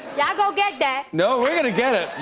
y'all go get that. no, we're gonna get it.